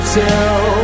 tell